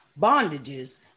bondages